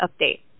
update